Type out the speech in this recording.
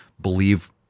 believe